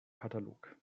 katalog